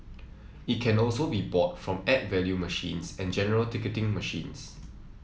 it can also be bought from add value machines and general ticketing machines